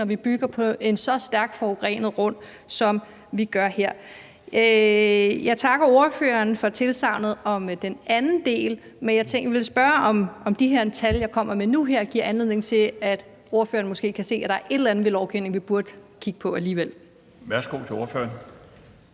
når vi bygger på en så stærkt forurenet grund, som vi gør her. Jeg takker ordføreren for tilsagnet vedrørende den anden del. Men jeg vil spørge, om de tal, jeg kommer med nu her, giver anledning til, at ordføreren måske kan se, at der er et eller andet ved lovgivningen, vi burde kigge på alligevel. Kl. 16:44 Den